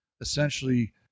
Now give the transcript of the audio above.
essentially